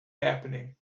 happening